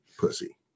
pussy